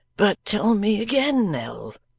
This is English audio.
but tell me again, nell.